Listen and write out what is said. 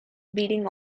beating